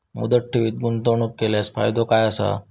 मुदत ठेवीत गुंतवणूक केल्यास फायदो काय आसा?